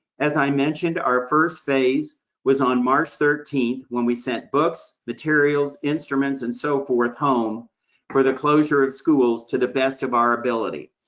as i mentioned, our first phase was on march thirteenth, when we sent books, materials, instruments and so forth, home for the closure of schools to the best of our ability.